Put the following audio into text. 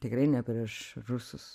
tikrai ne prieš rusus